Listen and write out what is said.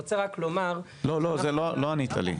לא ענית לי.